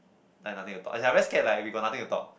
like nothing to talk as in I very scared like we got nothing to talk